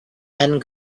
and